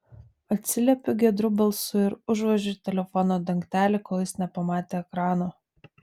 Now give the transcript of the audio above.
atsiliepiu giedru balsu ir užvožiu telefono dangtelį kol jis nepamatė ekrano